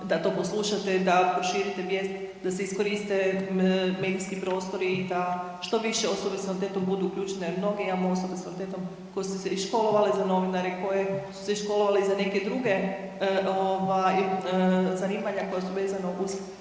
da to poslušate, da proširite vijest, da se iskoriste medijski prostori i da što više osobe s invaliditetom budu uključene jer mnoge imamo osobe s invaliditetom koje su se i školovale za novinare, koje su se školovale i za neke druge ovaj zanimanja koja su vezana uz